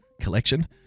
collection